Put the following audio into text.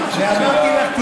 ופרגנתי לך,